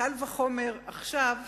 קל וחומר עכשיו,